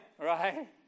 Right